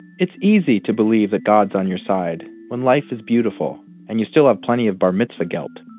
it's easy to believe that god's on your side when life is beautiful, and you still have plenty of bar mitzvah gelt.